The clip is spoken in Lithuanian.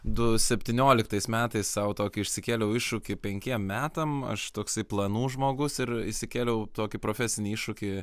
du septyniolikais metais sau tokį išsikėliau iššūkį penkiem metam aš toksai planų žmogus ir išsikėliau tokį profesinį iššūkį